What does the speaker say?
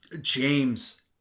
james